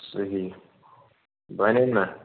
صحیٖح بنیٛن نا